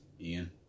Ian